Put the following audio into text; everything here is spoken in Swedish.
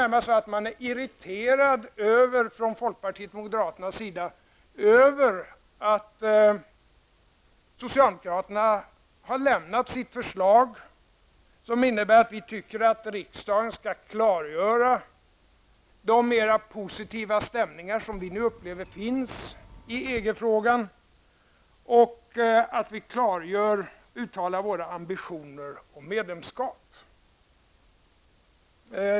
När det gäller EG-frågan upplever jag det som om man från folkpartiet och moderaterna närmast är irriterad över att socialdemokraterna har lämnat sitt förslag, som innebär att vi anser att riksdagen skall klargöra de mera positiva stämningar som vi nu upplever finns i EG-frågan och att vi uttalar våra ambitioner om medlemskap.